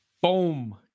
Boom